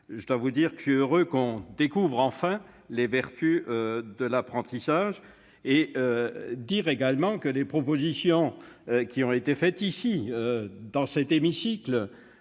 je dois vous dire que je suis heureux que l'on découvre enfin les vertus de l'apprentissage. J'ajoute que les propositions qui ont été faites ici, dans cet hémicycle,